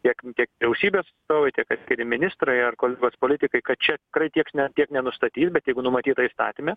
tiek kiek vyriausybės atstovai tiek atskiri ministrai ar kolegos politikai kad čia tikrai tiek tiek nenustatys bet jeigu numatyta įstatyme